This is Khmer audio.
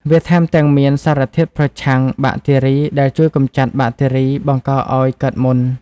វាថែមទាំងមានសារធាតុប្រឆាំងបាក់តេរីដែលជួយកម្ចាត់បាក់តេរីបង្កឲ្យកើតមុន។